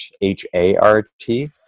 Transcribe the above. H-A-R-T